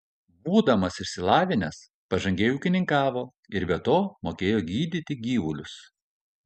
būdamas išsilavinęs pažangiai ūkininkavo ir be to mokėjo gydyti gyvulius